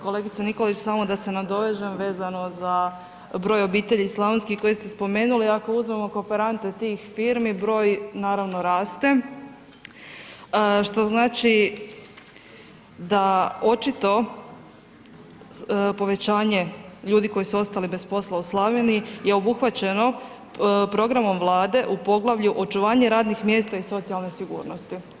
Kolegice Nikolić, samo da se nadovežem vezano za broj obitelji slavonskih koje ste spomenuli, ako uzmemo kooperante tih firmi, broj naravno raste, što znači da očito povećanje ljudi koji su ostali bez posla u Slavoniji je obuhvaćeno programom Vlade u poglavlju očuvanje radnih mjesta i socijalne sigurnosti.